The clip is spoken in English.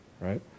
right